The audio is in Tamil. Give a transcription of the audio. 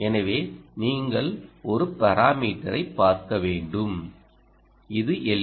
எனவே நீங்கள் ஒரு பாராமீட்டரைப் பார்க்க வேண்டும் இது எல்